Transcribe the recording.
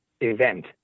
event